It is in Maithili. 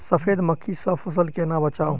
सफेद मक्खी सँ फसल केना बचाऊ?